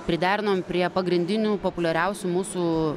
priderinom prie pagrindinių populiariausių mūsų